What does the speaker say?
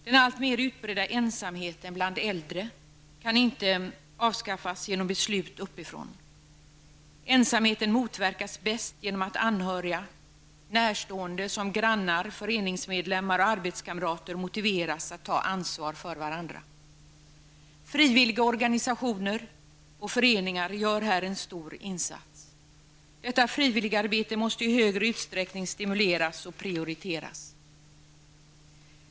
Den alltmer utbredda ensamheten bland äldre kan inte avskaffas genom beslut uppifrån. Ensamheten motverkas bäst genom att anhöriga -- närstående som grannar, föreningsmedlemmar och arbetskamrater -- motiveras att ta ansvar för varandra. Frivilliga organisationer och föreningar gör här en stor insats. Detta frivilligarbete måste i större utsträckning stimuleras och prioriteras.